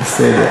בסדר.